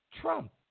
Trump